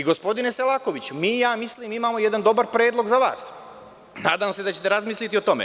Gospodine Selakoviću, mislim da imamo jedan dobar predlog za vas i nadam se da ćete razmisliti o tome.